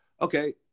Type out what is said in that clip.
okay